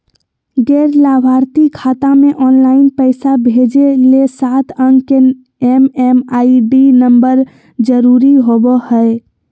गैर लाभार्थी खाता मे ऑनलाइन पैसा भेजे ले सात अंक के एम.एम.आई.डी नम्बर जरूरी होबय हय